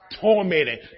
Tormented